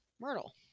Myrtle